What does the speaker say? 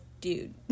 dude